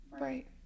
Right